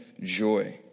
joy